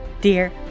Dear